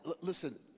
listen